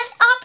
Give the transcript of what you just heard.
up